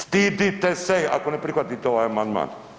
Stidite se ako ne prihvatite ovaj amandman.